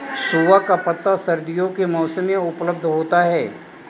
सोआ का पत्ता सर्दियों के मौसम में उपलब्ध होता है